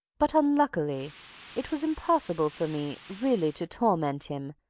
but unluckily it was impossible for me really to torment him,